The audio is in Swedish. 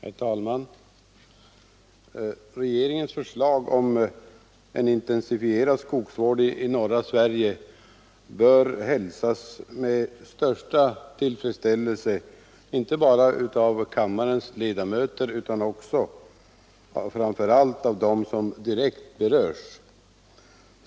Herr talman! Regeringens förslag om en intensifierad skogsvård i norra Sverige bör hälsas med största tillfredsställelse inte bara av kammarens ledamöter utan framför allt av dem som direkt berörs.